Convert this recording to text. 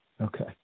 Okay